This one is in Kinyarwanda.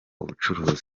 ubucuruzi